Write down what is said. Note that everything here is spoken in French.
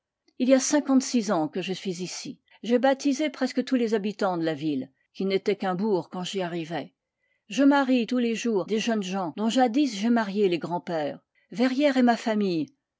il y a cinquante-six ans que je suis ici j'ai baptisé presque tous les habitants de la ville qui n'était qu'un bourg quand j'y arrivai je marie tous tes jours des jeunes gens dont jadis j'ai marié les grands-pères verrières est ma famille